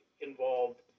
involved